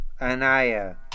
Anaya